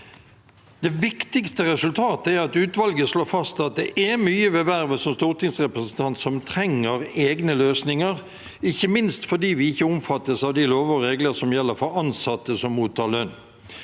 Det viktigste resultatet er at utvalget slår fast at det er mye ved vervet som stortingsrepresentant som trenger egne løsninger, ikke minst fordi vi ikke omfattes av de lover og regler som gjelder for ansatte som mottar lønn.